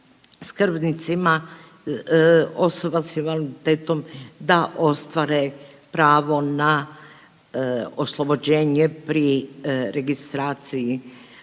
skrbnicima osobama s invaliditetom da ostvare pravo na oslobođenje pri registraciji